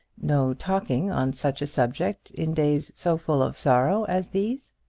no talking on such a subject in days so full of sorrow as these?